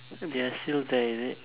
they are still there is it